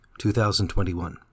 2021